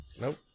Nope